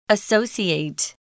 Associate